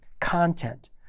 content